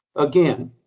again,